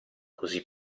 così